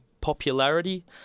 popularity